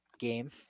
game